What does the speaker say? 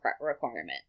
requirement